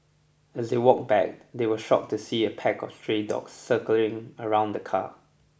as they walked back they were shocked to see a pack of stray dogs circling around the car